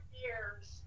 years